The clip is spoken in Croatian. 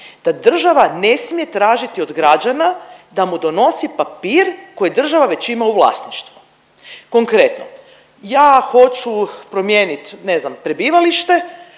da država ne smije tražiti od građana da mu donosi papir koji država već ima u vlasništvu. Konkretno, ja hoću promijeniti ne znam prebivalište